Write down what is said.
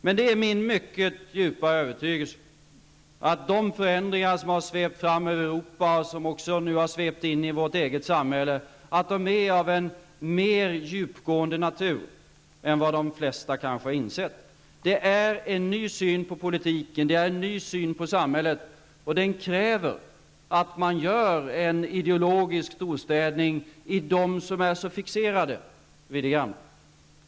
Men det är min djupa övertygelse att de förändringar som har svept fram över Europa, och också nu svept in i vårt eget samhälle, är av en mer djupgående natur än vad de flesta har insett. Det är en ny syn på politiken, en ny syn på samhället. Den kräver att man gör en ideologisk storstädning bland dem som är fixerade vid det gamla.